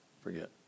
forget